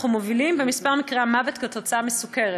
אנחנו מובילים במספר מקרי המוות כתוצאה מסוכרת.